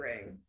ring